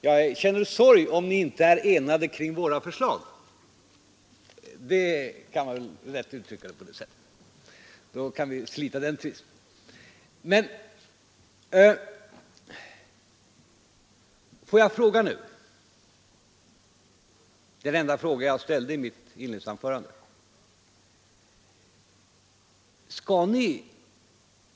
Låt mig uttrycka det så att jag känner sorg om ni inte är enade omkring våra förslag, så har jag slitit den tvisten.